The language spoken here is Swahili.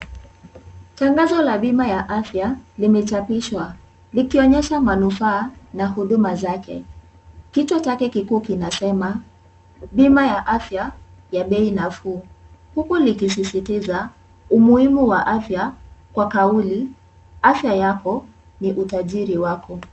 Tangazo la bima ya afya limechapishwa likionyesha manufaaa na huduma zake ,kichwa chake kikuu kinasema bima ya afya ya bei nafuu, huku likisisitiza umuhimu wa afya kwa kauli afya yako ni utajiri wako .